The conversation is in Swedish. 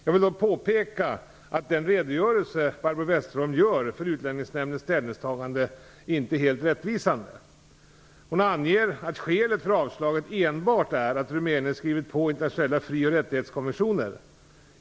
Jag vill dock påpeka att den redogörelse Barbro Westerholm gör för Utlänningsnämndens ställningstagande inte är rättvisande. Hon anger att skälet för avslaget enbart är att Rumänien skrivit på internationella fri och rättighetskonventioner.